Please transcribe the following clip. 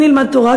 אני אלמד תורה,